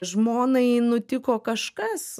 žmonai nutiko kažkas